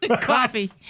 Coffee